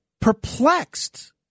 perplexed